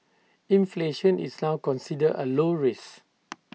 inflation is now considered A low risk